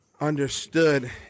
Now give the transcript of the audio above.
understood